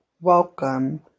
welcome